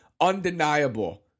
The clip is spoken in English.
undeniable